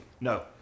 No